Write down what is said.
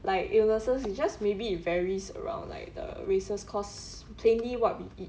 like illnesses you just maybe it varies around like the races cause plainly what we eat